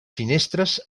finestres